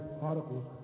particles